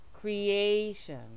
Creation